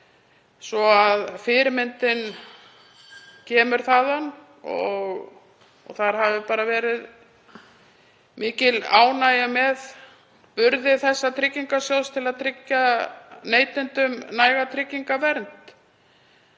en fyrirmyndin kemur þaðan, og að þar hafi verið mikil ánægja með getu slíks tryggingasjóðs til að tryggja neytendum næga tryggingavernd.